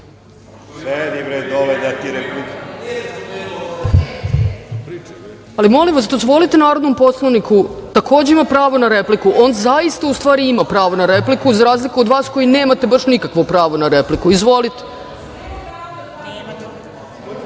Molim vas, dozvolite narodnom poslaniku, on takođe ima pravo na repliku. On zaista ima pravo na repliku, za razliku od vas koji nemate baš nikakvo pravo na repliku. Izvolite.